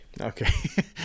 Okay